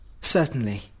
Certainly